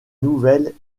nouvelles